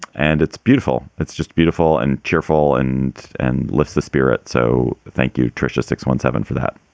and it's beautiful. it's just beautiful and cheerful and and lifts the spirit. so thank you, tricia, six one seven for that.